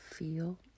Feel